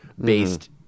based